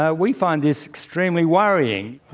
ah we find this extremely worrying.